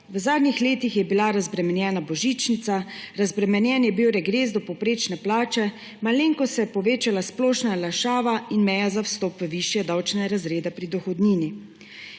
V zadnjih letih je bila razbremenjena božičnica, razbremenjen je bil regres do povprečne plače, malenkost se je povečala splošna olajšava in meja za vstop v višje davčne razrede pri dohodnini.